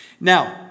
Now